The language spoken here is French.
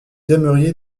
aimeriez